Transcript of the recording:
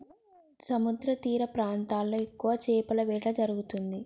సముద్రతీర ప్రాంతాల్లో ఎక్కువ చేపల వేట జరుగుతుంది